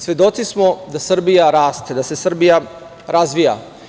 Svedoci smo da Srbija raste, da se Srbija razvija.